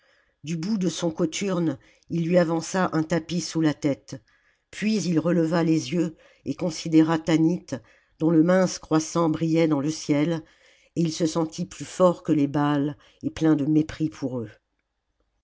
du bout de son cothurne il lui avança un tapis sous la tête puis il releva les yeux et considéra tanit dont le mince croissant brillait dans le ciel et il se sentit plus fort que les baals et plein de mépris pour eux